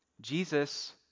Jesus